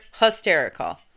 hysterical